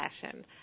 fashion